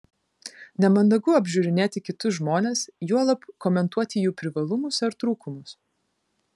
nemandagu apžiūrinėti kitus žmones juolab komentuoti jų privalumus ar trūkumus